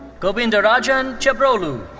govindrajan chebrolu.